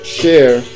share